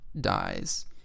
dies